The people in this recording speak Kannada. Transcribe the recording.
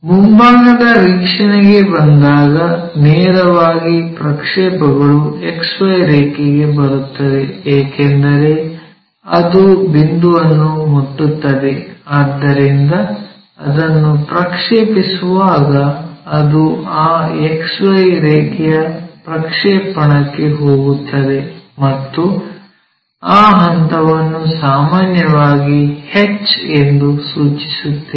ಮುಂಭಾಗದ ವೀಕ್ಷಣೆಗೆ ಬಂದಾಗ ನೇರವಾಗಿ ಪ್ರಕ್ಷೇಪಗಳು XY ರೇಖೆಗೆ ಬರುತ್ತದೆ ಏಕೆಂದರೆ ಅದು ಬಿಂದುವನ್ನು ಮುಟ್ಟುತ್ತದೆ ಆದ್ದರಿಂದ ಅದನ್ನು ಪ್ರಕ್ಷೇಪಿಸುವಾಗ ಅದು ಆ XY ರೇಖೆಯ ಪ್ರಕ್ಷೇಪಣಕ್ಕೆ ಹೋಗುತ್ತದೆ ಮತ್ತು ಆ ಹಂತವನ್ನು ಸಾಮಾನ್ಯವಾಗಿ h ಎಂದು ಸೂಚಿಸುತ್ತೇವೆ